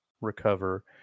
recover